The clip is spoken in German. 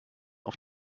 auf